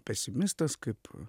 pesimistas kaip